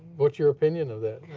what's your opinion of that?